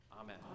Amen